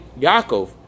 Yaakov